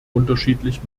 unterschiedlich